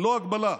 ללא הגבלה.